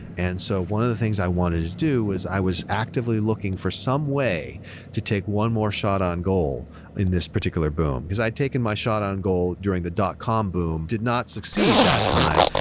and so one of the things i wanted to do was i was actively looking for some way to take one more shot on goal in this particular boom, because i had taken my shot on goal during the dot com boom. did not succeed that time,